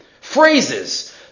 phrases